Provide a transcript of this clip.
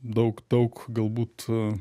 daug daug galbūt